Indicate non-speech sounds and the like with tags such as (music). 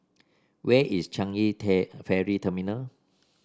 where is Changi (unintelligible) Ferry Terminal